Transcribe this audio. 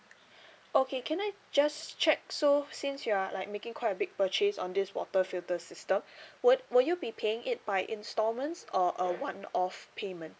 okay can I just check so since you are like making quite a big purchase on this water filter system would would you be paying it by instalments or a one off payment